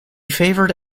favoured